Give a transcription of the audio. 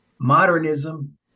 modernism